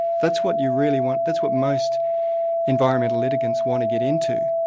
that's what you really want, that's what most environmental litigants want to get into.